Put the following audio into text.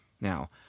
Now